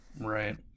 Right